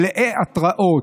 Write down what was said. מלאי התראות,